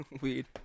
weed